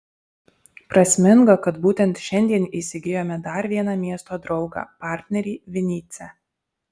prasminga kad būtent šiandien įsigijome dar vieną miesto draugą partnerį vinycią